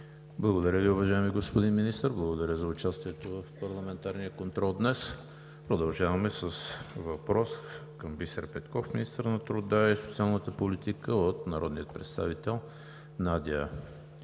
Благодаря Ви, уважаеми господин Министър. Благодаря за участието в парламентарния контрол днес. Продължаваме с въпрос към Бисер Петков – министър на труда и социалната политика, от народния представител Надя